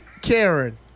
Karen